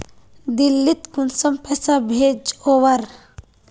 दिल्ली त कुंसम पैसा भेज ओवर?